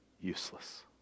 useless